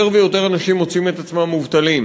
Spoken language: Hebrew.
יותר ויותר אנשים מוצאים את עצמם מובטלים,